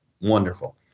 Wonderful